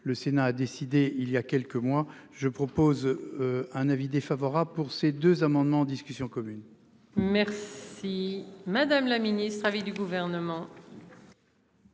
le Sénat a décidé il y a quelques mois je propose. Un avis défavorable pour ces deux amendements en discussion commune. Merci madame la ministre avait du gouvernement.